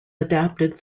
adapted